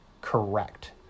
correct